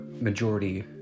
majority